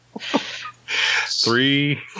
Three